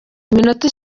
iminota